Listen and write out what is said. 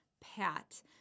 Pat